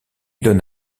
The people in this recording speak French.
donne